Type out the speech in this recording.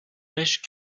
beige